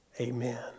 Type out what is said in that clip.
Amen